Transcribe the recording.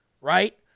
right